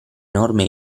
norme